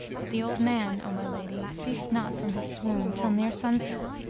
but the old man, o my lady, ceased not from his swoon till near sunset,